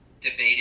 debated